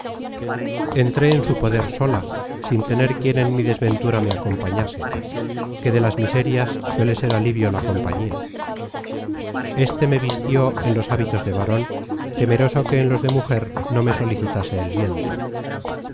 entré en su poder sola sin content from google book search generated at tener quien en mi desventura me acompañase que de las miserias suele ser alivio la compañía este me vistió en los hábitos de varon temeroso que en los de mujer no me solicitase el viento